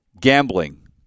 gambling